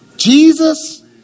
Jesus